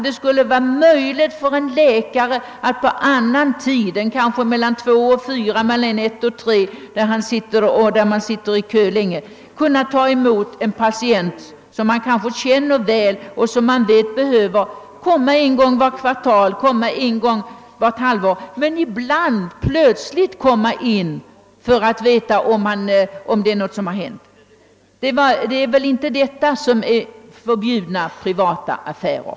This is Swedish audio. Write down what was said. Det skulle alltså vara möjligt för en läkare att på annan tid än mellan klockan 14 och 16 eller mellan klockan 13 och 15, då det finns långa köer, ta emot en patient som han kanske känner väl och som kanske kommer en gång i kvartalet eller en gång i halvåret men ibland behöver komma in plötsligt. Detta är alltså icke förbjudna privata affärer.